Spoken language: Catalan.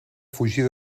fugir